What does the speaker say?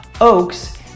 oaks